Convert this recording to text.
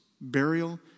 burial